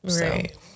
Right